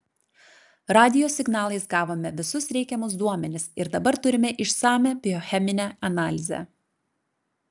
radijo signalais gavome visus reikiamus duomenis ir dabar turime išsamią biocheminę analizę